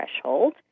threshold